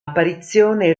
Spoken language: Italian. apparizione